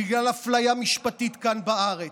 בגלל הפליה משפטית כאן בארץ,